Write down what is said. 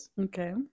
okay